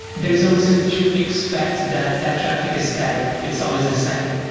there is no reason to expect that that traffic is static. it's always the same.